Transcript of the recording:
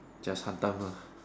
just have done lah